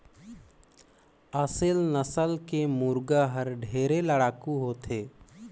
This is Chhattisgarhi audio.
असेल नसल के मुरगा हर ढेरे लड़ाकू होथे